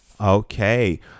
Okay